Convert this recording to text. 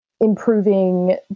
improving